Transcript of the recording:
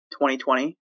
2020